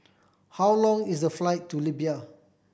how long is the flight to Libya